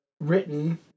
written